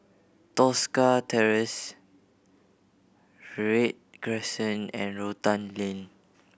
Tosca Terrace Read Crescent and Rotan Lane